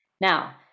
Now